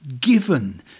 Given